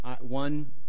one